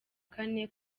kane